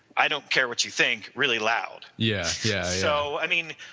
i don't care what you think really loud yes yeah so i mean,